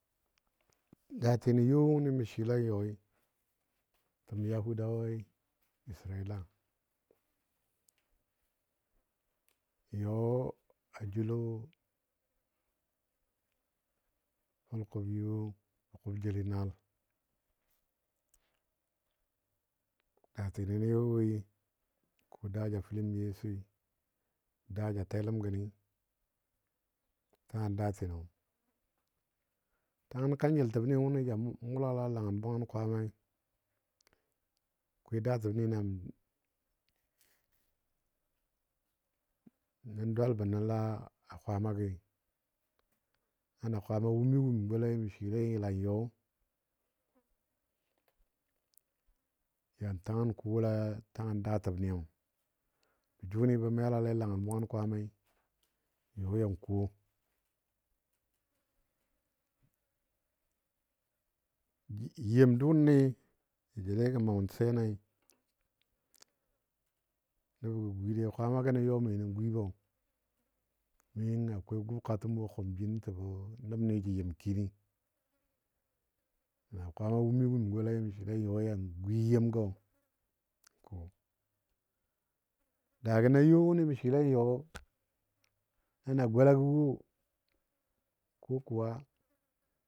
Datino yo wʊni mə swɨle yɔi təm yahudawai israila n yɔ a joulo fulkʊblən yo jəbɔ kʊbjeli naal daatino nə yɔ woi daaga ja fələm Yesui daa ja teləm gəni tangən daatino tangən kanjəltini wʊni na ja mʊlala a langən bwangən kwaamai akwai daatənni na nə dwalbɔ nə laa kwamagəi. Ana Kwaama wumi wum golai mə swɨle yəlan yɔ ya tangəm kola tangən daatəbniyo jəbɔ jʊni bə melale a langən bwangən kwaamai, yɔ yan ko yem dʊnni jə joulegɔ mount Sinai nəbo gwilei kwamagɔ nə yɔmi nə gwibɔ yimna akwai gʊbkatəm wo a kʊm jin təbo nəboni jə yɨm kini, na kwaama wumi wum golai mə swɨle yɔ yan gwi yemgɔ. To daagɔ na yo wʊni mə swɨle yo nana golago wo ko kuwa.